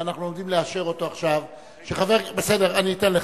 שאנחנו עומדים לאשר אותו עכשיו, בסדר, אני אתן לך.